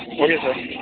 okay sir